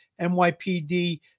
NYPD